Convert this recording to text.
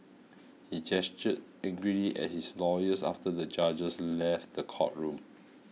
he gestured angrily at his lawyers after the judges left the courtroom